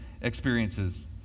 experiences